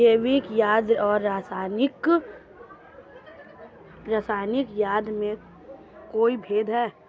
जैविक खाद और रासायनिक खाद में कोई भेद है?